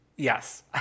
Yes